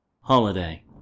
Holiday